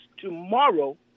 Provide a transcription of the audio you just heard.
tomorrow